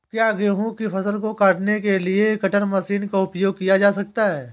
क्या गेहूँ की फसल को काटने के लिए कटर मशीन का उपयोग किया जा सकता है?